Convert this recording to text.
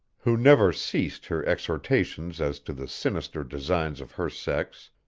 who never ceased her exhortations as to the sinister designs of her sex,